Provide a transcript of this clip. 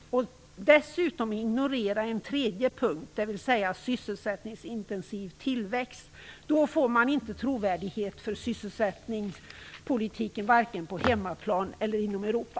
När man dessutom ignorerar en tredje punkt, dvs. sysselsättningsintensiv tillväxt, får man inte trovärdighet för sysselsättningspolitiken vare sig på hemmaplan eller inom Europa.